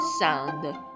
sound